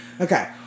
Okay